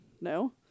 no